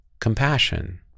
compassion